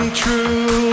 true